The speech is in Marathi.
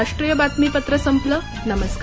राष्ट्रीय बातमीपत्र संपलं नमस्कार